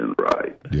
right